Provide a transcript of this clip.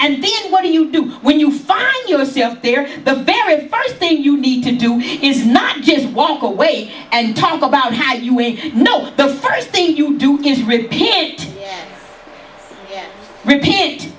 and then what do you do when you find yourself they are the barrier first thing you need to do is not just walk away and talk about how you know the first thing you do gives repeat repe